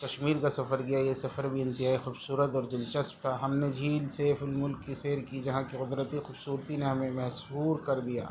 کشمیر کا سفر کیا یہ سفر بھی انتہائی خوبصورت اور دلچسپ تھا ہم نے جھیل سیف الملک کی سیر کی جہاں کے قدرتی خوبصورتی نے ہمیں محصور کر دیا